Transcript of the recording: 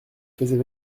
faisais